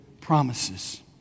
promises